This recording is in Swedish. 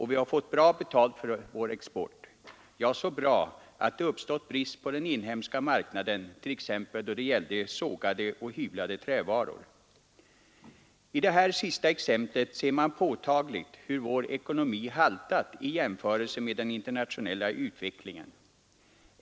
Vi har fått bra betalt för vår export — ja, så bra att det har uppstått brist på den inhemska marknaden, t.ex. då det gäller sågade och hyvlade trävaror. I detta sista exempel ser man påtagligt hur vår ekonomi har haltat i jämförelse med den internationella utvecklingen.